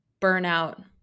burnout